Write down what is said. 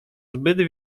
zbyt